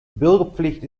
bürgerpflicht